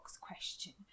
question